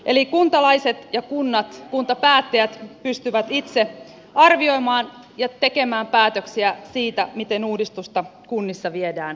eli kuntalaiset ja kunnat kuntapäättäjät pystyvät itse arvioimaan ja tekemään päätöksiä siitä miten uudistusta kunnissa viedään eteenpäin